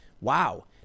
Wow